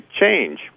change